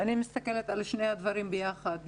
אני מסתכלת על שני הדברים ביחד.